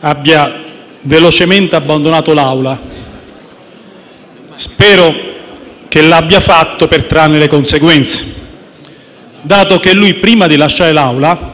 abbia velocemente abbandonato l'Aula; spero l'abbia fatto per trarne le conseguenze, dato che prima di andar via